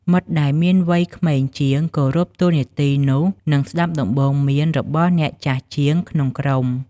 មិត្តដែលមានវ័យក្មេងជាងគោរពតួនាទីនោះ និងស្តាប់ដំបូន្មានរបស់អ្នកចាស់ជាងក្នុងក្រុម។